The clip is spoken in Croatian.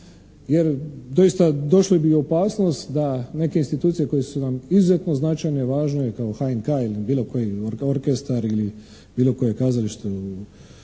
Jer doista došli bi u opasnost da neke institucije koje su nam izuzetno značajne i važna kao HNK-a ili bilo koji orkestar ili bilo koje kazalište u